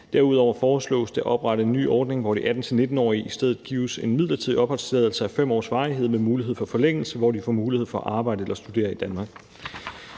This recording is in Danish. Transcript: Derudover foreslås det at oprette en ny ordning, hvor de 18-19-årige i stedet gives en midlertidig opholdstilladelse af 5 års varighed med mulighed for forlængelse, hvor de får mulighed for at arbejde eller studere i Danmark.